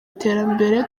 iterambere